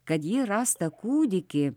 kad ji rastą kūdikį